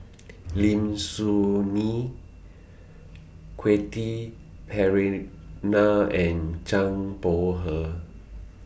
Lim Soo Ngee Quentin Pereira and Zhang Bohe